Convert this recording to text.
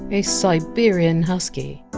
a siberian husky.